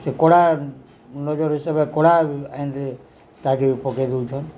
ସେ କଡ଼ା ନଜର ହିସାବରେ କଡ଼ା ଆଇନ୍ରେ ତାଗି ପକେଇ ଦଉଛନ୍